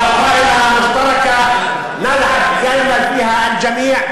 אנחנו קוראים לרשימה משותפת,